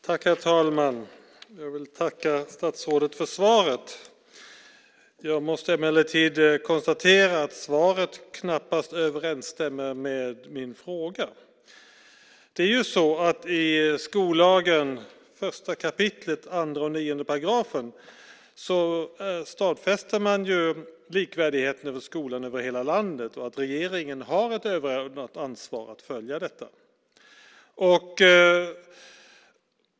Herr talman! Jag vill tacka statsrådet för svaret. Jag måste emellertid konstatera att svaret knappast överensstämmer med min fråga. I skollagen 1 kap. 2 och 9 §§ stadfäster man likvärdigheten i skolan över hela landet och att regeringen har ett överordnat ansvar att följa detta.